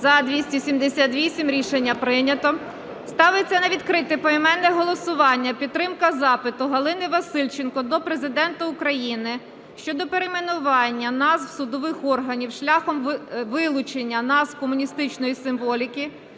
За-278 Рішення прийнято. Ставиться на відкрите поіменне голосування підтримка запиту Галини Васильченко до Президента України щодо перейменування назв судових органів шляхом вилучення назв комуністичної символіки